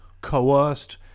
coerced